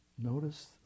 Notice